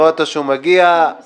רואים אותו כמי שלא הגיש ערעור.